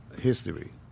history